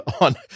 on